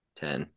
ten